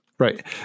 Right